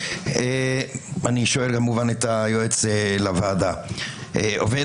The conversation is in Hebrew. אני שואל כמובן את היועץ לוועדה ואת